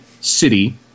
city